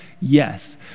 yes